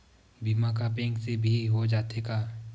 बीमा का बैंक से भी हो जाथे का?